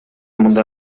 мындай